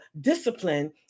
discipline